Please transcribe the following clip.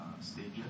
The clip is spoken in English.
stages